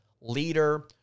leader